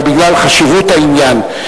אלא בגלל חשיבות העניין,